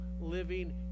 living